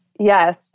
Yes